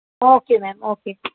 okay ma'am okay